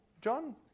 John